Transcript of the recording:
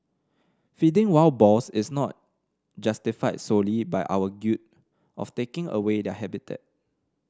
feeding wild boars is not justified solely by our guilt of taking away their habitat